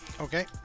Okay